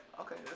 okay